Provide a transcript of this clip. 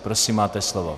Prosím, máte slovo.